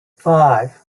five